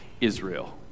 Israel